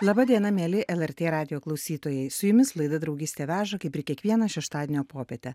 laba diena mieli lrt radijo klausytojai su jumis laida draugystė veža kaip ir kiekvieną šeštadienio popietę